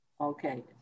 Okay